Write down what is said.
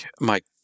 Mike